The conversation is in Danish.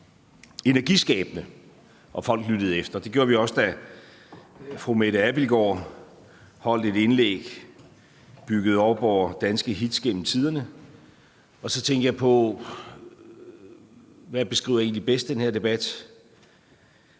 energiskabende, og folk lyttede efter. Det gjorde vi også, da fru Mette Abildgaard holdt et indlæg bygget op over danske hits gennem tiderne, og så tænkte jeg på, hvad der egentlig bedst beskriver